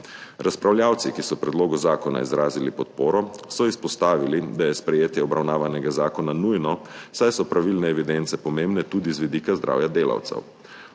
Razpravljavci, ki so predlogu zakona izrazili podporo, so izpostavili, da je sprejetje obravnavanega zakona nujno, saj so pravilne evidence pomembne tudi z vidika zdravja delavcev.